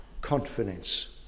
confidence